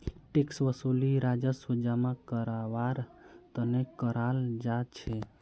tax वसूली राजस्व जमा करवार तने कराल जा छे